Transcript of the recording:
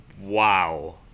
wow